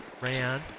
Ran